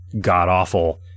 god-awful